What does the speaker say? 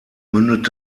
mündet